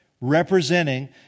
representing